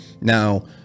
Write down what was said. now